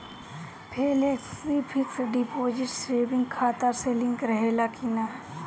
Flexi fix deposit saving खाता से link रहले कि ना?